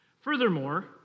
Furthermore